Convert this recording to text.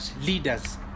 leaders